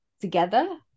together